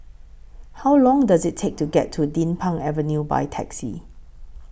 How Long Does IT Take to get to Din Pang Avenue By Taxi